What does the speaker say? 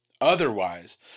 Otherwise